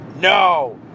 No